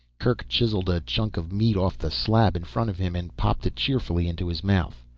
kerk chiseled a chunk of meat off the slab in front of him and popped it cheerfully into his mouth.